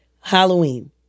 Halloween